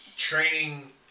training